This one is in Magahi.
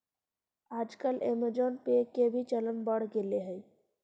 आजकल ऐमज़ान पे के भी चलन बढ़ गेले हइ